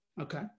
Okay